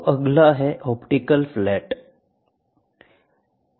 तो अगला एक ऑप्टिकल फ्लैट है